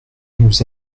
nous